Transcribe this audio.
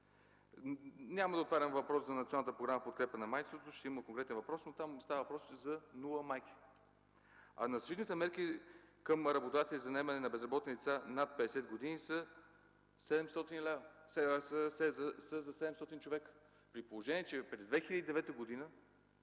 Няма да отварям въпроса за Националната програма в подкрепа на майчинството, ще има конкретен въпрос, но там става въпрос за нула майки. А мерките към работодатели за наемане на безработни лица над 50 години, са за 700 човека, при положение, че през 2009 г.